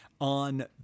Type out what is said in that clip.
on